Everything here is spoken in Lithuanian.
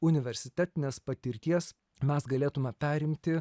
universitetinės patirties mes galėtume perimti